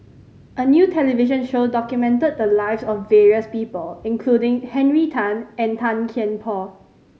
a new television show documented the lives of various people including Henry Tan and Tan Kian Por